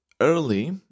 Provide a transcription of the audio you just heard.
early